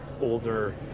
older